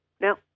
Now